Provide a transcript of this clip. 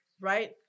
right